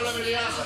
למה לא למליאה?